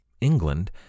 England